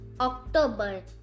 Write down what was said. October